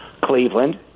Cleveland